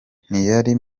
ntiyari